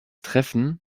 treffen